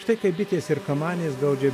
štai kaip bitės ir kamanės gaudžia